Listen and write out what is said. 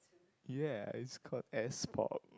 ya its called S-Pop